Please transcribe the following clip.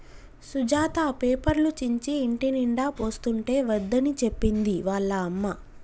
సుజాత పేపర్లు చించి ఇంటినిండా పోస్తుంటే వద్దని చెప్పింది వాళ్ళ అమ్మ